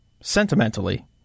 sentimentally